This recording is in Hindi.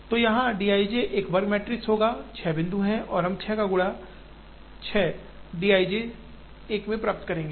तो यहाँ d i j एक वर्ग मैट्रिक्स होगा 6 बिंदु हैं हम 6 गुणा 6 d i j एक में प्राप्त करेंगे